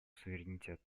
суверенитет